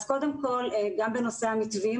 אז קודם כל גם בנושא המתווים.